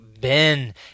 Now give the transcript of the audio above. Ben